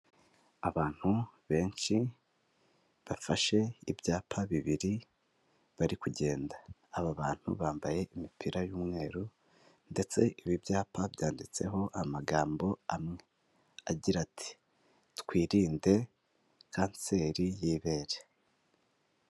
Abantu benshi bafashe ibyapa bibiri bari kugenda aba bantu bambaye imipira y'umweru ndetse ibi byapa byanditseho amagambo amwe agira ati twirinde kanseri y'ibere.